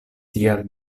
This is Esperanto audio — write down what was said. tial